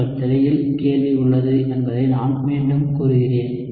உங்கள் திரையில் கேள்வி உள்ளது என்பதை நான் மீண்டும் கூறுகிறேன்